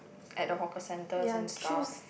at the hawker centres and stuff